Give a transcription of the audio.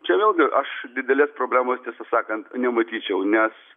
čia vėlgi aš didelės problemos tiesą sakant nematyčiau nes